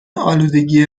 آلودگی